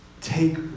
take